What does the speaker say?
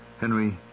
Henry